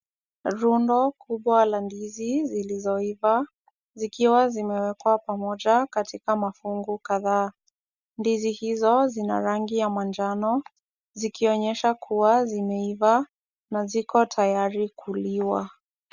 Rundo kubwa la ndizi zilizoiva, zikiwa zimewekwa pamoja katika mafungu kadhaa. Ndizi hizo zina rangi ya manjano, zikionyesha kuwa zimeiva na zikotayari kuliwa.